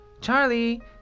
Charlie